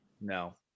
No